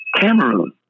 Cameroon